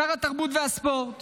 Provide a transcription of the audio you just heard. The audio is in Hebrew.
שר התרבות והספורט